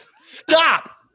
Stop